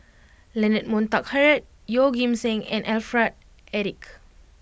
Leonard Montague Harrod Yeoh Ghim Seng and Alfred Eric